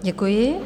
Děkuji.